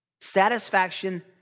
Satisfaction